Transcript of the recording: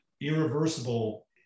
Irreversible